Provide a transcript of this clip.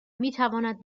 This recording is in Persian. میتواند